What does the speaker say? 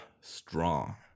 strong